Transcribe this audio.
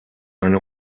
eine